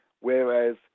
Whereas